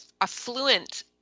affluent